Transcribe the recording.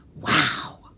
Wow